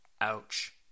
ouch